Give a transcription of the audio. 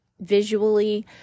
visually